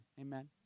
Amen